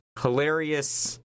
Hilarious